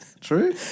True